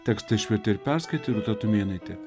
tekstą išvertė ir perskaitė rūta tumėnaitė